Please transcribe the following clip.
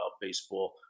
baseball